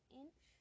inch